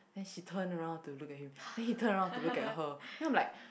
then she turn around to look at him then he turn around to look at her then I'm like